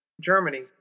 Germany